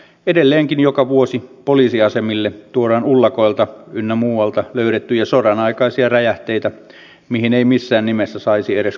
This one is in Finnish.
edelleenkin joka vuosi poliisiasemille tuodaan ullakoilta ynnä muualta löydettyjä sodanaikaisia räjähteitä mihin ei missään nimessä saisi edes koskea